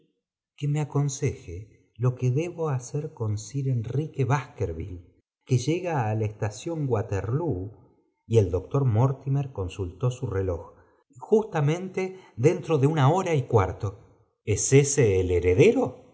ue me aconseje lo que debo hacer con ir enrique baskerville que llega á la estación walterloo y el doctor mortimer consultó su reloj justamente dentro de una hora y cuarto es ese el heredero